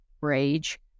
rage